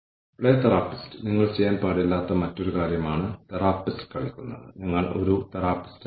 തൊഴിൽ വളർച്ച recruitment sourcing ഫലപ്രാപ്തി കാര്യക്ഷമത നഷ്ടപരിഹാരം ആനുകൂല്യങ്ങൾ എന്നിവയുണ്ട്